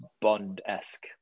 bond-esque